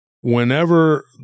Whenever